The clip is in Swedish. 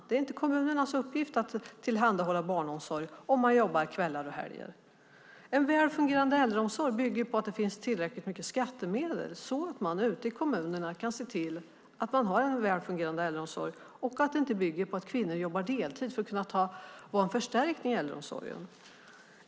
Det är inte kommunernas uppgift att tillhandahålla barnomsorg om man jobbar kvällar och helger. En väl fungerande äldreomsorg bygger på att det finns tillräckligt mycket skattemedel så att man ute i kommunerna kan se till att man har en väl fungerande äldreomsorg som inte bygger på att kvinnor jobbar deltid för att kunna vara en förstärkning i äldreomsorgen.